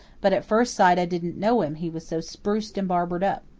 but at first sight i didn't know him he was so spruced and barbered up.